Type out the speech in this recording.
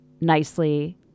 nicely